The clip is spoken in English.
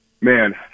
Man